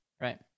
Right